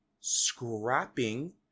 Scrapping